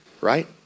Right